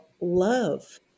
love